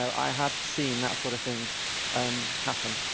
i had seen that sort of thing um happen.